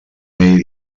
ell